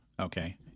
Okay